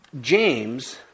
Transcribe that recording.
James